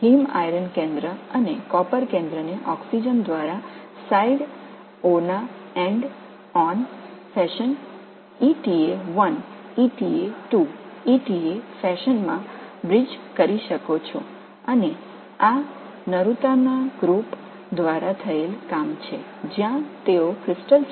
heme இரும்பு மையம் மற்றும் காப்பர் மையம் ஆகியவை ஆக்ஸிஜனால் ஒரு பக்க இறுதி முறையில் eta2 eta1 இணைக்கப்படுகின்றன இது நருடாவின் குழுவின் வேலை அங்கு அவர்கள் படிக அமைப்பைப் பெற முடிந்தது